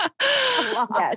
Yes